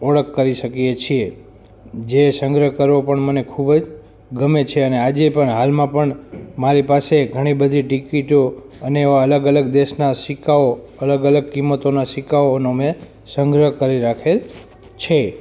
ઓળખ કરી શકીએ છીએ જે સંગ્રહ કરવો પણ મને ખૂબ જ ગમે છે અને આજે પણ હાલમાં પણ મારી પાસે ઘણી બધી ટિકીટો અને એવા અલગ અલગ દેશના સિક્કાઓ અલગ અલગ કિંમતોના સિક્કાઓનો મેં સંગ્રહ કરી રાખેલો છે